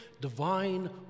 divine